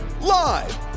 Live